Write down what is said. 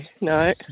no